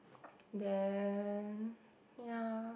then ya